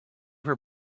were